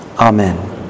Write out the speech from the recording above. Amen